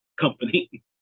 company